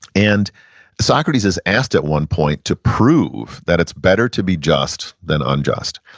and socrates is asked at one point to prove that it's better to be just than unjust.